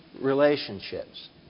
relationships